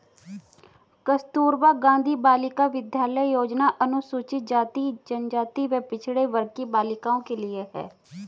कस्तूरबा गांधी बालिका विद्यालय योजना अनुसूचित जाति, जनजाति व पिछड़े वर्ग की बालिकाओं के लिए है